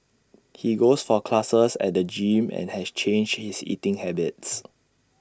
he goes for classes at the gym and has changed his eating habits